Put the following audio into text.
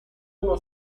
uno